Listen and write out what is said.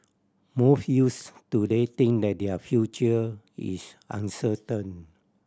most youths today think that their future is uncertain